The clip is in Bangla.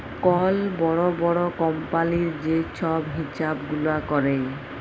কল বড় বড় কম্পালির যে ছব হিছাব গুলা ক্যরে